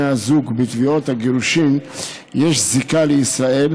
הזוג בתביעות הגירושין יש זיקה לישראל,